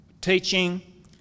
teaching